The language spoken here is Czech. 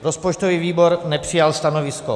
Rozpočtový výbor nepřijal stanovisko.